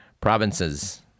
provinces